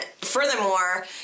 furthermore